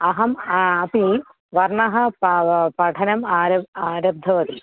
अहम् अपि वर्णं प पाठनम् आरब् आरब्धवती